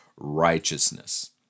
righteousness